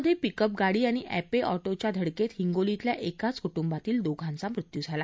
वाशीम मध्ये pickup गाडी आणि अँपे अँटोच्या धडकेत हिंगोलीतल्या एकाच कुट्ंबातील दोघांचा मृत्यू झाला